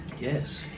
Yes